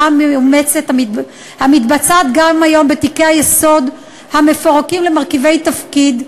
המאומצת המתבצעת גם היום בתיקי היסוד המפורקים למרכיבי תפקיד.